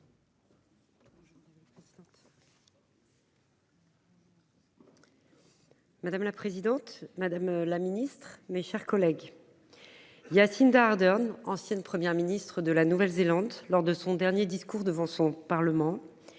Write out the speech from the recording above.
Madame la présidente, madame la Ministre, mes chers collègues. Yassine d'Ardern ancienne Première ministre de la Nouvelle-Zélande, lors de son dernier discours devant son Parlement.